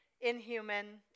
Inhuman